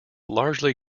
largely